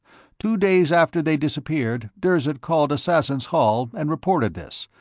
two days after they disappeared, dirzed called assassins' hall and reported this,